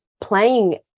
playing